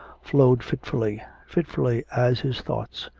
flowed fitfully fitfully as his thoughts.